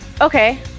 Okay